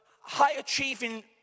high-achieving